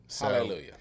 Hallelujah